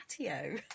patio